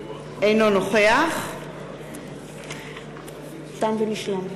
אינו נוכח תם ונשלם.